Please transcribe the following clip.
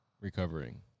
recovering